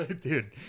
Dude